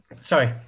sorry